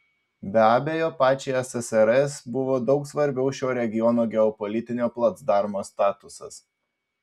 be abejo pačiai ssrs buvo daug svarbiau šio regiono geopolitinio placdarmo statusas